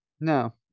No